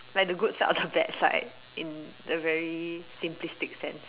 like the good side or the bad side in the very simplistic sense